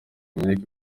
dominic